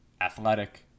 Athletic